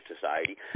society